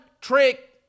trick